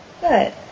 Good